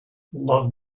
love